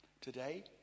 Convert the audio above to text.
Today